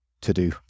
to-do